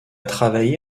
travaillé